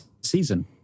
season